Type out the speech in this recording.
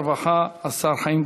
הרווחה והשירותים החברתיים,